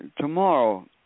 Tomorrow